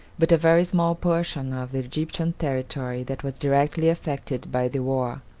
but a very small portion of the egyptian territory that was directly affected by the war.